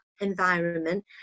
environment